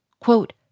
Quote